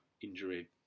injury